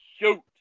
shoot